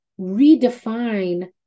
redefine